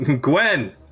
Gwen